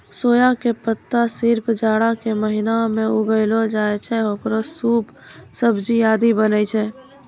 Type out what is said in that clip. सोया के पत्ता सिर्फ जाड़ा के महीना मॅ उगैलो जाय छै, हेकरो सूप, सब्जी आदि बनै छै